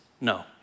no